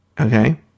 Okay